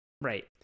Right